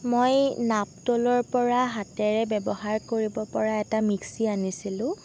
মই নাপটোলৰ পৰা হাতেৰে ব্যৱহাৰ কৰিব পৰা এটা মিক্সি আনিছিলোঁ